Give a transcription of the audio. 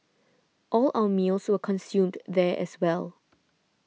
all our meals were consumed there as well